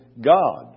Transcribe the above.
God